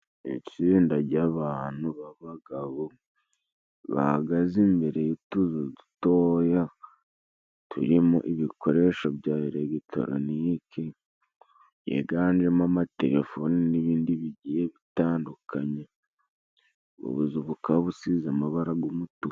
Itsinda jy'abantu b'abagabo bahagaze imbere y'utuzu dutoya turimo ibikoresho bya elegitoniniki, byiganjemo amatelefoni n'ibindi bigiye bitandukanye, ubuzu bukaba busize amabara gw'umutuku.